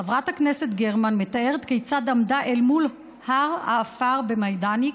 חברת הכנסת גרמן מתארת כיצד עמדה אל מול הר האפר במיידנק